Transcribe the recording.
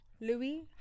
Louis